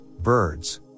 birds